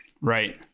Right